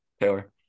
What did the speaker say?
Taylor